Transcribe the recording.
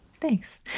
Thanks